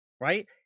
right